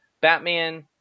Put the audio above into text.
Batman